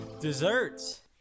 Desserts